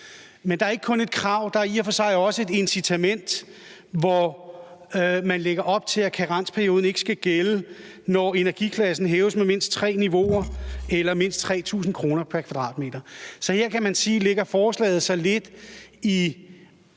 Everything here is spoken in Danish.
Men der er ikke kun et krav, der er i og for sig også et incitament, hvor man lægger op til, at karensperioden ikke skal gælde, når energiklassen hæves med mindst tre niveauer eller mindst 3.000 kr. pr. kvadratmeter. Så her kan man sige, at forslaget skal ses lidt i